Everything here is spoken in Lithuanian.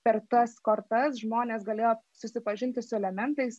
per tas kortas žmonės galėjo susipažinti su elementais